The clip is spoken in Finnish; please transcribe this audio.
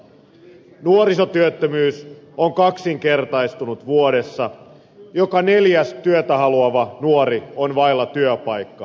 nuorisotyöttömyys on kaksinkertaistunut vuodessa joka neljäs työtä haluava nuori on vailla työpaikkaa